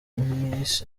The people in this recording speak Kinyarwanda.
miss